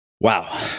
Wow